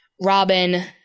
Robin-